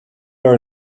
are